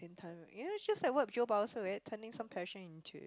in time ya it's just like what turning some passion into